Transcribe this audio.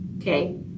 Okay